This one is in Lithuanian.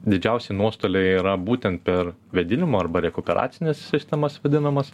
didžiausi nuostoliai yra būtent per vėdinimo arba rekuperacines sistemas vadinamas